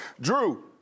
Drew